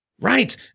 Right